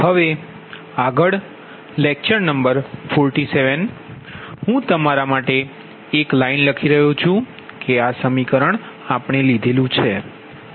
હું તમારા માટે એક લીટી લખી રહ્યો છું કે આ સમીકરણ આપણે લીધું છે